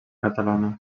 catalana